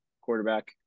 quarterback